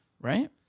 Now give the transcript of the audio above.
right